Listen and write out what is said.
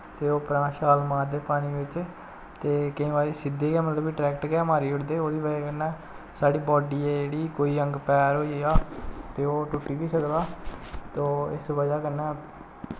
ते ओह् उप्परा छाल मारदे पानी बिच्च ते केईं बारी सिद्धी गै मतलब कि डरैक्ट गै मारी ओड़दे ओह्दी बजह् कन्नै साढ़ी बाडी ऐ जेह्ड़ी कोई अंग पैर होई गेआ ते ओह् टुट्टी बी सकदा तो उस बजह् कन्नै